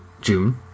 June